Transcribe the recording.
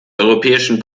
europäischen